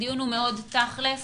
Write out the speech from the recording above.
הדיון הוא מאוד תכל'ס.